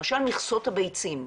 למשל מכסות הביצים,